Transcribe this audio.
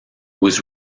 was